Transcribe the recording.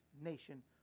nation